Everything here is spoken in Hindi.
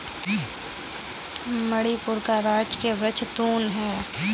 मणिपुर का राजकीय वृक्ष तून है